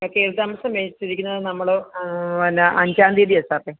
കയറി താമസം മേടിച്ചിരിക്കുന്നത് നമ്മൾ പിന്നെ അഞ്ചാം തീയതിയാണ് സാറേ